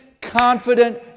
confident